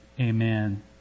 Amen